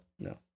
No